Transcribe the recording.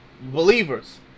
believers